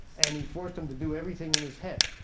and he forced him to do everything in his head.